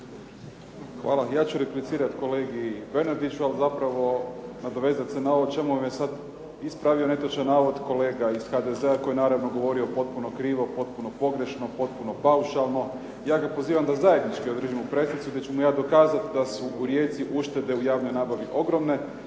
Hvala. Ja ću replicirat kolegi Bernardiću, ali zapravo nadovezat se na ovo o čemu je ispravio netočan navod kolega iz HDZ-a koji je naravno govorio potpuno krivo, potpuno pogrešno, potpuno paušalno. Ja ga pozivam da zajednički odradimo pressicu gdje ću mu ja dokazati da su u Rijeci uštede u javnoj nabavi ogromne.